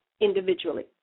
individually